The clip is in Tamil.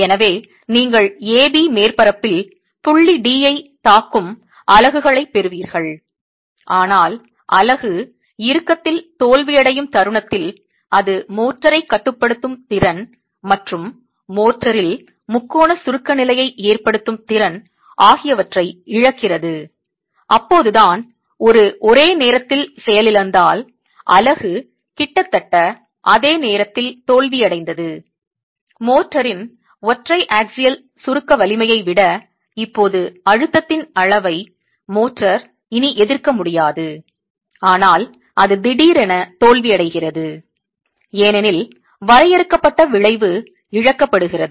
எனவே நீங்கள் AB மேற்பரப்பில் புள்ளி D ஐத் தாக்கும் அலகுகளைப் பெறுவீர்கள் ஆனால் அலகு இறுக்கத்தில் தோல்வியடையும் தருணத்தில் அது மோர்டாரைக் கட்டுப்படுத்தும் திறன் மற்றும் மோர்டாரில் முக்கோண சுருக்க நிலையை ஏற்படுத்தும் திறன் ஆகியவற்றை இழக்கிறது அப்போதுதான் ஒரு ஒரே நேரத்தில் செயலிழந்தால் அலகு கிட்டத்தட்ட அதே நேரத்தில் தோல்வியடைந்தது மோர்டாரின் ஒற்றை ஆக்சியல் சுருக்க வலிமையை விட இப்போது அழுத்தத்தின் அளவை மோர்ட்டார் இனி எதிர்க்க முடியாது ஆனால் அது திடீரென தோல்வியடைகிறது ஏனெனில் வரையறுக்கப்பட்ட விளைவு இழக்கப்படுகிறது